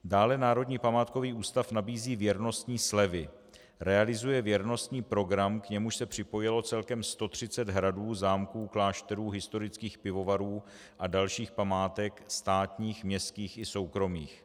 Dále Národní památkový ústav nabízí věrnostní slevy, realizuje věrnostní program, k němuž se připojilo celkem 130 hradů, zámků, klášterů, historických pivovarů a dalších památek státních, městských i soukromých.